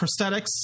prosthetics